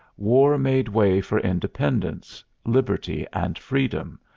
war made way for independence, liberty and freedom,